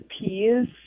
peas